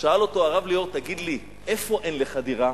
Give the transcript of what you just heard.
שאל אותו הרב ליאור: איפה אין לך דירה?